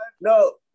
No